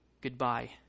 goodbye